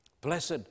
Blessed